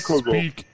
speak